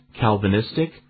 Calvinistic